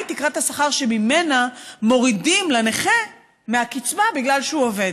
מהי תקרת השכר שממנה מורידים לנכה מהקצבה בגלל שהוא עובד.